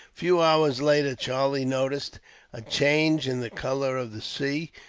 few hours later, charlie noticed a change in the colour of the sea,